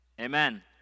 Amen